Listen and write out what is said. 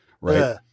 Right